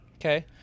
Okay